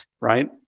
right